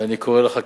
ואני קורא לחקלאים,